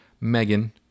Megan